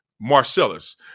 Marcellus